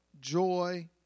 joy